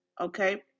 Okay